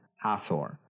Hathor